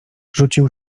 rzucił